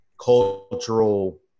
cultural